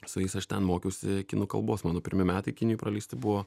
su jais aš ten mokiausi kinų kalbos mano pirmi metai kinijoj praleisti buvo